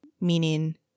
meaning